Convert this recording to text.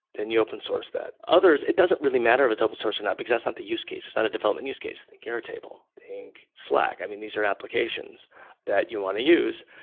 then you open source that. others, it doesn't really matter if it's open source or not, because that's not the use case. it's not a development use case, like airtable. think slack. i mean, these are applications that you want to use,